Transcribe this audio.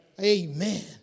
Amen